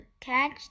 catch